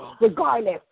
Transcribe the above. regardless